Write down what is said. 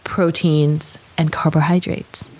proteins, and carbohydrates.